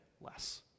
less